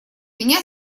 меня